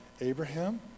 Abraham